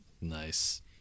nice